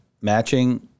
matching